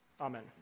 Amen